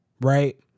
Right